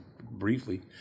briefly